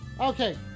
okay